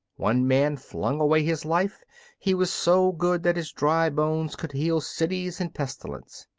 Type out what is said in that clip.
one man flung away his life he was so good that his dry bones could heal cities in pestilence.